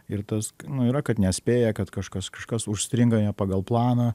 ir tas nu yra kad nespėja kad kažkas kažkas užstringa ne pagal planą